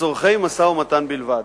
לצורכי משא-ומתן בלבד.